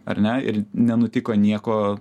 ar ne ir nenutiko nieko